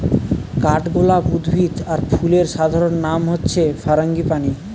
কাঠগোলাপ উদ্ভিদ আর ফুলের সাধারণ নাম হচ্ছে ফারাঙ্গিপানি